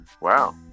wow